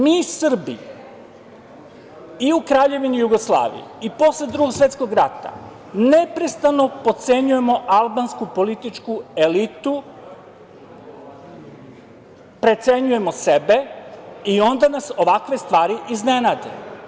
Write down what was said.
Mi Srbi i u Kraljevini Jugoslaviji i posle Drugog svetskog rata neprestano potcenjujemo albansku političku elitu, precenjujemo sebe i onda nas ovakve stvari iznenade.